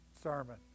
sermon